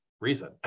reason